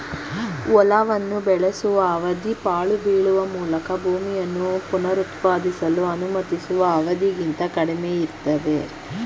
ಹೊಲವನ್ನು ಬೆಳೆಸುವ ಅವಧಿ ಪಾಳು ಬೀಳುವ ಮೂಲಕ ಭೂಮಿಯನ್ನು ಪುನರುತ್ಪಾದಿಸಲು ಅನುಮತಿಸುವ ಅವಧಿಗಿಂತ ಕಡಿಮೆಯಿರ್ತದೆ